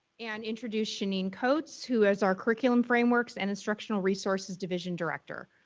and introduce shanine coats, who is our curriculum frameworks and instructional resources division director.